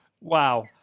Wow